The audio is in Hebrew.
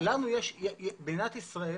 במדינת ישראל